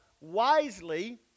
wisely